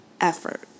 effort